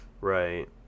Right